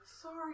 Sorry